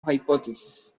hypothesis